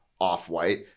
Off-White